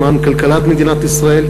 למען כלכלת מדינת ישראל,